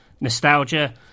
nostalgia